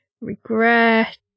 regret